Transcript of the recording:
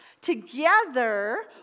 Together